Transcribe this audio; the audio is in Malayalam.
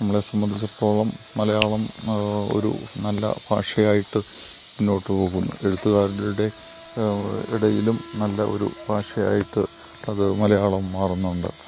നമ്മളെ സംബന്ധിച്ചിടത്തോളം മലയാളം ഒരു നല്ല ഭാഷയായിട്ട് മുന്നോട്ടു പോകുന്നു എഴുത്തുകാരുടെ ഇടയിലും നല്ല ഒരു ഭാഷയായിട്ട് അത് മലയാളം മാറുന്നുണ്ട്